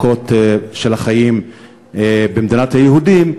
מכות של החיים במדינת היהודים.